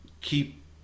keep